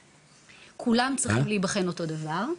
כולם צריכים להיבחן אותו הדבר.